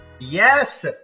Yes